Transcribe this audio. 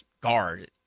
guard